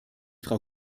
frau